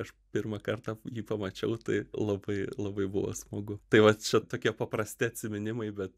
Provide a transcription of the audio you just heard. aš pirmą kartą jį pamačiau tai labai labai buvo smagu tai vat čia tokie paprasti atsiminimai bet